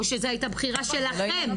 או שזו הייתה בחירה שלכם?